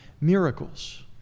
miracles